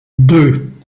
deux